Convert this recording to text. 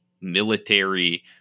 military